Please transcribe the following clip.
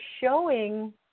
showing